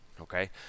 okay